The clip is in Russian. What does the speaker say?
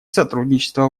сотрудничество